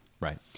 Right